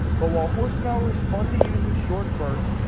but while horsepower is fun to use in short bursts,